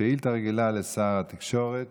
שאילתה רגילה לשר התקשורת